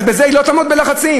אז בזה היא לא תעמוד בלחצים?